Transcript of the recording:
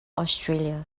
australia